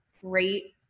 great